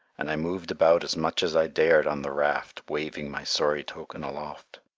and i moved about as much as i dared on the raft, waving my sorry token aloft.